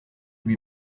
lui